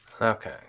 okay